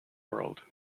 world